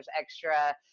extra